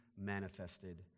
manifested